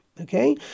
Okay